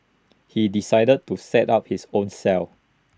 he decided to set up his own cell